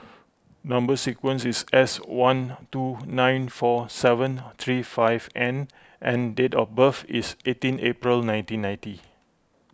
Number Sequence is S one two nine four seven three five N and date of birth is eighteen April nineteen ninety